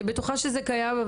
אני בטוחה שזה קיים,